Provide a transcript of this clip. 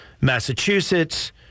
massachusetts